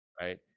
right